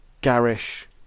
Garish